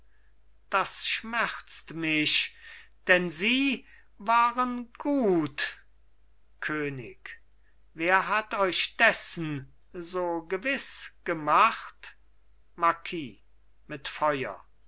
das schmerzt mich denn sie waren gut könig wer hat euch dessen so gewiß gemacht marquis mit feuer